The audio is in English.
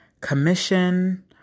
commission